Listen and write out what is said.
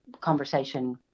conversation